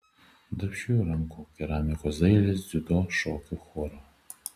darbščiųjų rankų keramikos dailės dziudo šokių choro